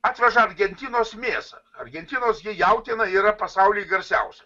atveža argentinos mėsą argentinos jautiena yra pasauly garsiausia